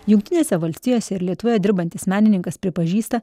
jungtinėse valstijose ir lietuvoje dirbantis menininkas pripažįsta